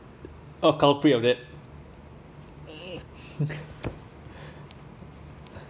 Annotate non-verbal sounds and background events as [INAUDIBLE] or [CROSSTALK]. uh culprits of that [NOISE]